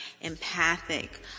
empathic